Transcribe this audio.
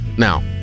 Now